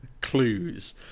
clues